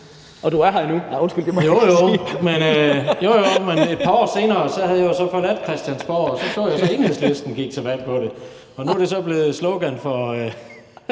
jeg jo ikke sige). Jo, jo, men et par år senere havde jeg jo så forladt Christiansborg, og så så jeg, at Enhedslisten gik til valg på det. Nu er det så blevet slogan for